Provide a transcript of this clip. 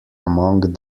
among